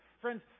Friends